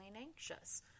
anxious